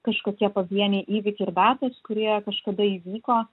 kažkokie pavieniai įvykiai ir datos kurie kažkada įvyko